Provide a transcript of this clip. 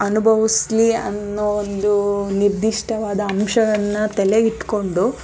ಅನುಭವಿಸಲಿ ಅನ್ನೋ ಒಂದು ನಿರ್ದಿಷ್ಟವಾದ ಅಂಶವನ್ನು ತಲೇಲಿ ಇಟ್ಕೊಂಡು